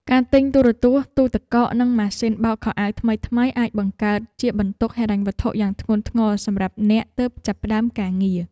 ការទិញទូរទស្សន៍ទូទឹកកកនិងម៉ាស៊ីនបោកខោអាវថ្មីៗអាចបង្កើតជាបន្ទុកហិរញ្ញវត្ថុយ៉ាងធ្ងន់ធ្ងរសម្រាប់អ្នកទើបចាប់ផ្ដើមការងារ។